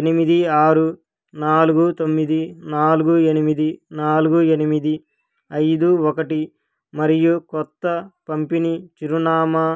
ఎనిమిది ఆరు నాలుగు తొమ్మిది నాలుగు ఎనిమిది నాలుగు ఎనిమిది ఐదు ఒకటి మరియు కొత్త పంపిణీ చిరునామా